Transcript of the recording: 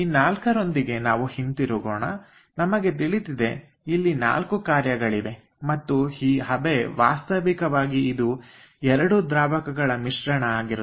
ಈ ನಾಲ್ಕರೊಂದಿಗೆ ನಾವು ಹಿಂತಿರುಗೋಣ ನಮಗೆ ತಿಳಿದಿದೆ ಇಲ್ಲಿ 4 ಕಾರ್ಯಗಳಿವೆ ಮತ್ತು ಈ ಹಬೆ ವಾಸ್ತವಿಕವಾಗಿ ಇದು ಎರಡು ದ್ರಾವಕಗಳ ಮಿಶ್ರಣ ಆಗಿರುತ್ತದೆ